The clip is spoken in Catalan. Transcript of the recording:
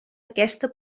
aquesta